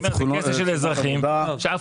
אבל יש גם אזרחים,